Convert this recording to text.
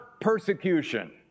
persecution